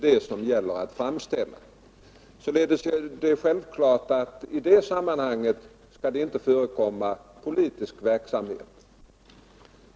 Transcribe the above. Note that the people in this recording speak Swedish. Det är självklart att det i det sammanhanget inte skall förekomma politisk verksamhet.